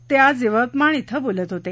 ते आज यवतमाळ इथं बोलत होते